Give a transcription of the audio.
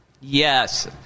Yes